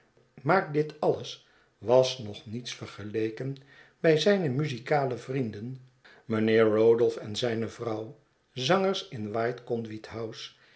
maar dit alles was nog niets vergeleken bij zijne muzikale vrienden mijnheer rodolph en zijne vrouw zangers in